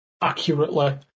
accurately